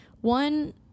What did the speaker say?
one